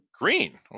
Green